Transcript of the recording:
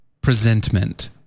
presentment